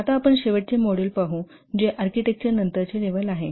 आता आपण शेवटचे मॉडेल पाहू जे आर्किटेक्चर नंतरचे लेवल आहे